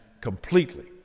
completely